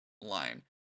line